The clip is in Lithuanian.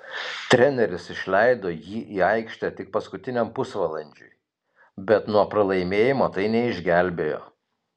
treneris išleido jį į aikštę tik paskutiniam pusvalandžiui bet nuo pralaimėjimo tai neišgelbėjo